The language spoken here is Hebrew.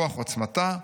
כוח עוצמתה,